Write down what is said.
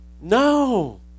No